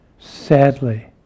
sadly